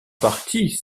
partie